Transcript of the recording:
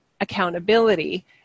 accountability